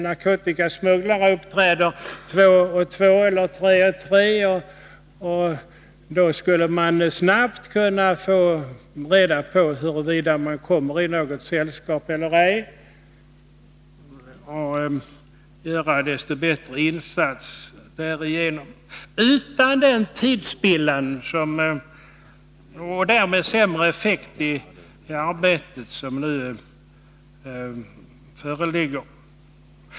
Narkotikasmugglare uppträder ofta två och två eller tre och tre, och då skulle man i en aktuell situation snabbt kunna få reda på huruvida smugglaren brukar komma i sällskap och därigenom göra desto bättre insatser. Och detta skulle kunna ske utan den tidspillan och därmed bättre effektivitet i arbetet än vad fallet nu är.